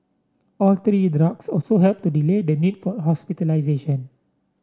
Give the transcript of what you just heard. all three drugs also helped to delay the need for hospitalisation